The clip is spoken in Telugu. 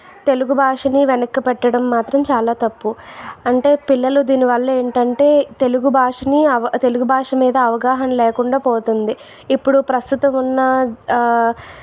తెలుగు భాషని వెనక్కి పెట్టడం మాత్రం చాలా తప్పు అంటే పిల్లలు దీనివల్ల ఏమిటంటే తెలుగు భాషని అవ తెలుగు భాష మీద అవగాహన లేకుండా పోతుంది ఇప్పుడు ప్రస్తుతం ఉన్నా